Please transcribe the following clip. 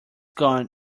gone